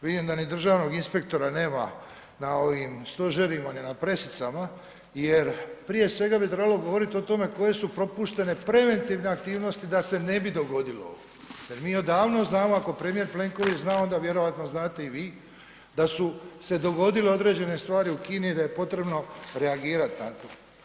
Vidim da ni državnog inspektora nema na ovim stožerima ni na pressicama jer prije svega bi trebalo govoriti o tome koje su propuštene preventivne aktivnosti da se ne bi dogodilo ovo jer mi odavno znamo ako premijer Plenković zna onda vjerovatno znate i vi, da su se dogodile određene stvari u Kini, da je potrebno reagirati na to.